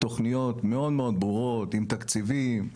תוכניות מאוד מאוד ברורות עם תקציבים,